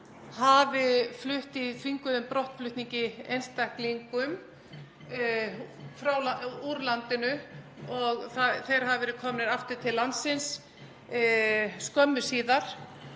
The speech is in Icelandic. hafi flutt í þvinguðum brottflutningi einstaklinga úr landinu og þeir hafi verið komnir aftur til landsins skömmu síðar.